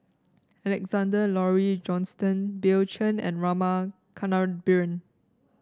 Alexander Laurie Johnston Bill Chen and Rama Kannabiran